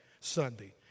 Sunday